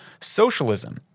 socialism